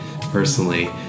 personally